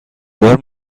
بار